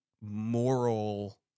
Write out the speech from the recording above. moral—